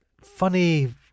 funny